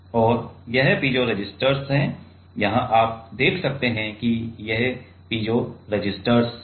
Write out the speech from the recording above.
और ये piezo resistors हैं यहाँ आप देख सकते हैं कि ये पीजो रेसिस्टर्स हैं